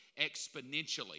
exponentially